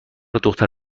دختر